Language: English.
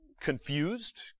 confused